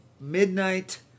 midnight